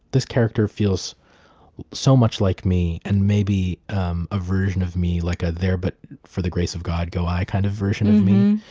this character feels so much like me, and maybe um a version of me, like a there but for the grace of god, go i kind of version of me.